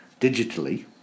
digitally